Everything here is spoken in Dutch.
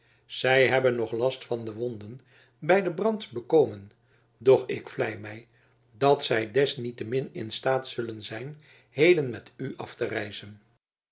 zij hebben nog last van de wonden bij den brand bekomen doch ik vlei mij dat zij desniettemin in staat zullen zijn heden met u af te reizen